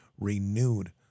renewed